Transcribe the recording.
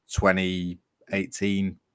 2018